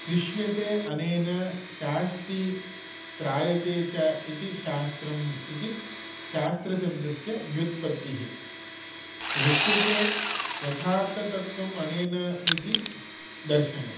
शिष्यते अनेन शास्ति त्रायते च इति शास्त्रम् इति शास्त्रशब्दस्य व्युत्पत्तिः दृश्यते यथार्थतत्त्वम् अनेन इति दर्शनम्